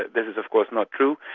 that that is of course not true.